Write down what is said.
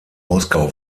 moskau